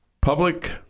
public